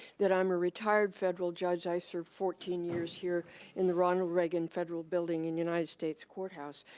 that i'm a retired federal judge, i served fourteen years here in the ronald reagan federal building and united states courthouse.